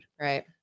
Right